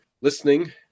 listening